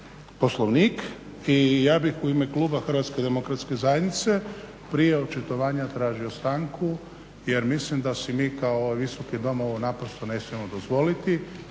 Poslovnik i ja bih u ime kluba HDZ-a prije očitovanja tražio stanku jer mislim da si mi kao Visoki dom ovo naprosto ne smijemo dozvoliti